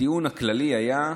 הטיעון הכללי היה: